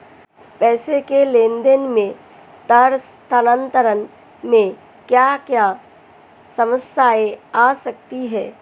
पैसों के लेन देन में तार स्थानांतरण में क्या क्या समस्याएं आ सकती हैं?